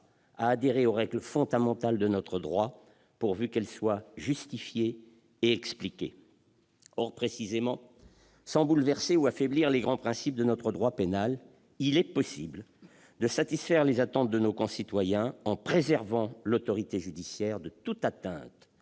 à adhérer aux règles fondamentales de notre droit, pourvu qu'elles soient justifiées et expliquées. Or, précisément, sans bouleverser ou affaiblir les grands principes de notre droit pénal, il est possible de satisfaire les attentes de nos concitoyens en préservant l'autorité judiciaire de toute atteinte